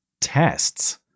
tests